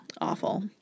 Awful